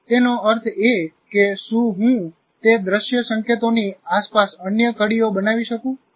તેનો અર્થ એ કે શું હું તે દ્રશ્ય સંકેતોની આસપાસ અન્ય કડીઓ બનાવી શકું